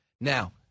Now